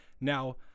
Now